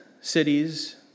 cities